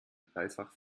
dreifach